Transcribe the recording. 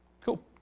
Cool